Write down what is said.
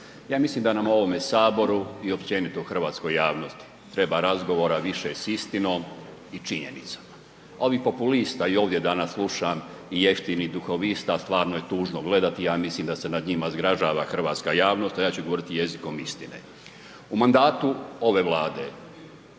Ja mislim da nam u ovome Saboru i općenito u hrvatskoj javnosti treba razgovora više s istinom i činjenicama. Ovih populista i ovdje danas slušam i jeftinih duhovista stvarno je tužno gledati, ja mislim da se nad njima zgražava hrvatska javnost a ja ću govoriti jezikom istine. U mandatu ove Vlade